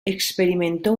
experimentó